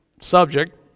subject